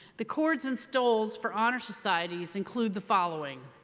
the cords and stoles for honor societies include the following.